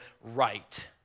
right